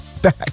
back